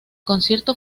concierto